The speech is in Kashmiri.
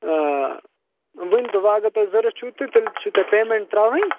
آ وۅنۍ دٔپِو آگر تۅہہِ ضروٗرت چھُ تہٕ تیٚلہِ چھُو تۅہہِ پیٚمیٚنٛٹ ترٛاوٕنۍ